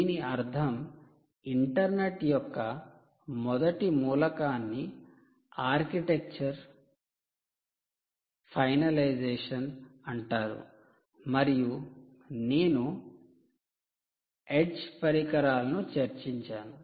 దీని అర్థం ఇంటర్నెట్ యొక్క మొదటి మూలకాన్ని ఆర్కిటెక్చర్ ఫైనలైజేషన్ అంటారు మరియు నేను ఎడ్జ్ పరికరాల ను చర్చించాను